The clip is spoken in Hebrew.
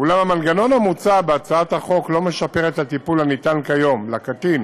אולם המנגנון המוצע בהצעת החוק אינו משפר את הטיפול הניתן כיום לקטין